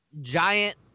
giant